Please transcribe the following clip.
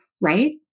right